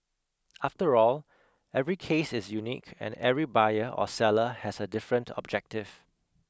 after all every case is unique and every buyer or seller has a different objective